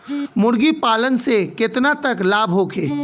मुर्गी पालन से केतना तक लाभ होखे?